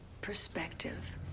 perspective